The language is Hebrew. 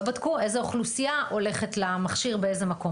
לא בדקו איזו אוכלוסייה הולכת למכשיר באיזה מקום.